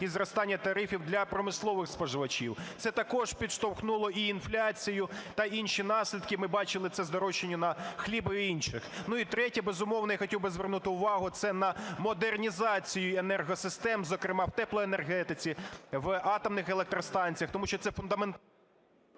і зростання тарифів для промислових споживачів. Це також підштовхнуло і інфляцію, та інші наслідки. Ми бачили це здорожчання на хліб і інше. І третє, безумовно, я б хотів би звернути увагу, це на модернізацію енергосистем, зокрема в теплоенергетиці, в атомних електростанціях, тому що це… ГОЛОВУЮЧИЙ.